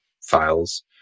files